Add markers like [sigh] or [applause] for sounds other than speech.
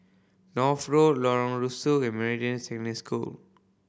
North Road Lorong Rusu and Meridian [unintelligible] School